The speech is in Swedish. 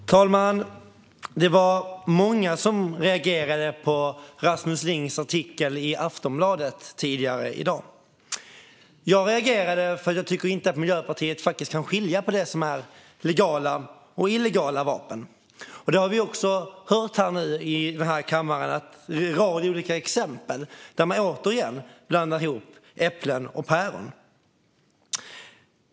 Fru talman! Det var många som reagerade på Rasmus Lings artikel i Aftonbladet tidigare i dag. Jag reagerade eftersom jag tycker att Miljöpartiet inte kan skilja på legala och illegala vapen. Vi har också hört en rad olika exempel här i kammaren där man återigen blandar ihop äpplen och päron.